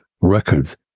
records